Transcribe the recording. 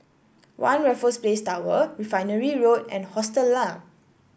One Raffles Place Tower Refinery Road and Hostel Lah